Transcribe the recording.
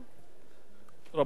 רבותי חברי הכנסת,